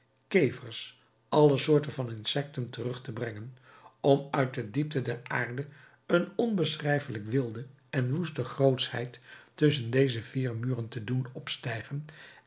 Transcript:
alle soorten van insecten terug te brengen om uit de diepte der aarde een onbeschrijfelijk wilde en woeste grootschheid tusschen deze vier muren te doen opstijgen